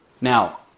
Now